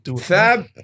Fab